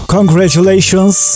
Congratulations